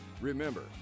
remember